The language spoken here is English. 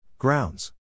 Grounds